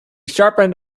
sharpened